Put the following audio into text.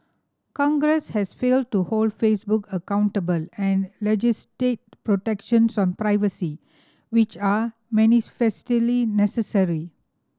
congress has failed to hold Facebook accountable and legislate protections on privacy which are manifestly necessary